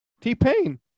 T-Pain